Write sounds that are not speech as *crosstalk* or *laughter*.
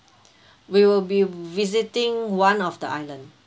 *breath* we will be visiting one of the island